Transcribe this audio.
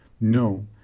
No